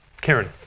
Karen